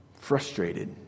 frustrated